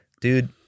Dude